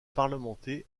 parlementer